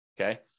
Okay